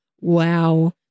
wow